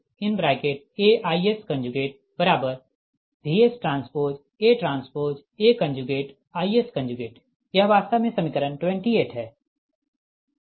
और SVpTIpAVsTAIsVsTATAIs यह वास्तव में समीकरण 28 है